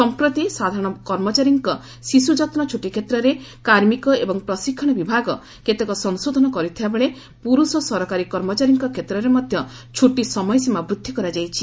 ସମ୍ପ୍ରତି ସାଧାରଣ କର୍ମଚାରୀଙ୍କ ଶିଶୁ ଯତ୍ନ ଛୁଟି କ୍ଷେତ୍ରରେ କାର୍ମିକ ଏବଂ ପ୍ରଶିକ୍ଷଣ ବିଭାଗ କେତେକ ସଂଶୋଧନ କରିଥିବାବେଳେ ପୁରୁଷ ସରକାରୀ କର୍ମଚାରୀଙ୍କ କ୍ଷେତ୍ରରେ ମଧ୍ୟ ଛୁଟି ସମୟସୀମା ବୃଦ୍ଧି କରାଯାଇଛି